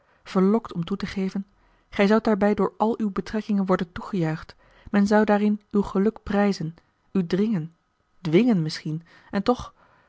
verlokt om toe te geven gij zoudt daarbij door al uwe betrekkingen worden toegejuicht men zou daarin uw geluk prijzen u dringen dwingen misschien en toch